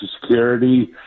security